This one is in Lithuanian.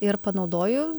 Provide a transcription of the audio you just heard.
ir panaudoju